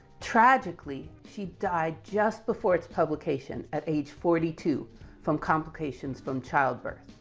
tragically, she died just before its publication at age forty two from complications from childbirth.